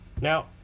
Now